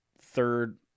third